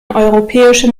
europäische